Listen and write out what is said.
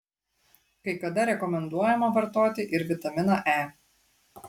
kai kada rekomenduojama vartoti ir vitaminą e